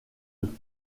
eux